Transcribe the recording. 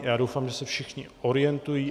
Já doufám, že se všichni orientují.